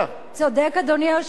צודק אדוני היושב-ראש,